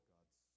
God's